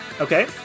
Okay